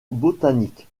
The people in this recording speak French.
botanique